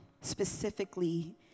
specifically